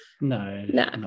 No